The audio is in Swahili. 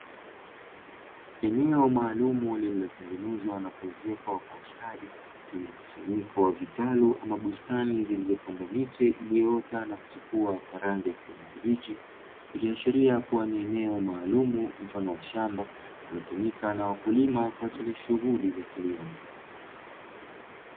Eneo maalumu lililotengenezwa na kuezekwa kwa ustadi lenye mkusanyiko wa vitalu ama bustani iliyopandwa miche iliyoota na kuchipua kwa rangi ya kijani kibichi, ikiashiria kuwa ni eneo maalumu mfano wa shamba linalotumika na wakulima kwa shughuli za kilimo.